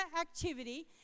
activity